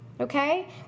okay